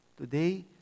today